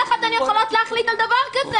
איך אתן יכולות להחליט על דבר כזה?